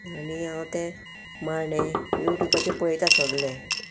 आनी हांव ते माणे यूट्यूबाचेर पळयता सगले